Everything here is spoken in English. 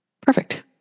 Perfect